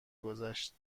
گذشت